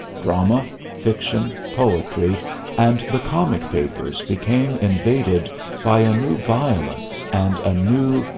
drama, fiction, poetry and the comic papers became invaded by a new violence and a new,